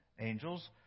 Angels